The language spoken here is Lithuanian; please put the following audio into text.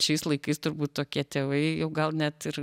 šiais laikais turbūt tokie tėvai jau gal net ir